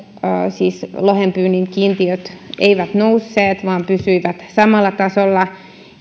siis lohenpyynnin kiintiöt eivät nousseet vaan pysyivät samalla tasolla